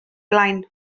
blaen